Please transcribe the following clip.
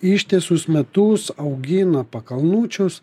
ištisus metus augina pakalnučius